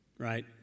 Right